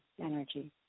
energy